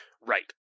Right